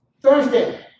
Thursday